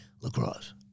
lacrosse